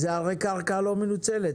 זו הרי קרקע לא מנוצלת.